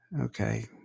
okay